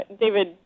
David